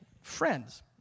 friends